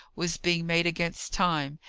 was being made against time,